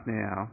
now